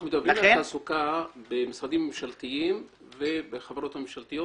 אנחנו מדברים על תעסוקה במשרדים ממשלתיים ובחברות ממשלתיות.